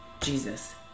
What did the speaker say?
Jesus